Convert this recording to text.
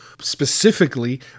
specifically